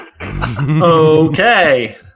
okay